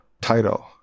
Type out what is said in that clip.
title